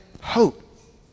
hope